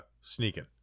sneaking